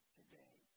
today